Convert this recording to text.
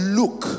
look